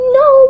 no